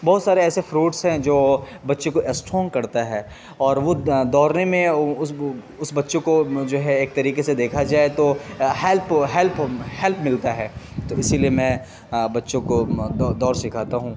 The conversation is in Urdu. بہت سارے ایسے فروٹس ہیں جو بچے کو اسٹرونگ کرتا ہے اور وہ دوڑنے میں اس اس بچے کو جو ہے ایک طریقے سے دیکھا جائے تو ہیلپ ہیلپ ہیلپ ملتا ہے تو اسی لیے میں بچوں کو دوڑ سکھاتا ہوں